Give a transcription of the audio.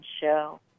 show